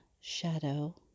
shadow